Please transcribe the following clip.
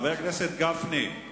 חבר הכנסת גפני,